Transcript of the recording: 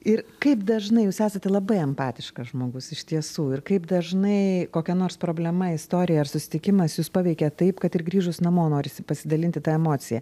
ir kaip dažnai jūs esate labai empatiškas žmogus iš tiesų ir kaip dažnai kokia nors problema istorija ar susitikimas jus paveikia taip kad ir grįžus namo norisi pasidalinti ta emocija